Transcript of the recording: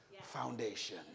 foundation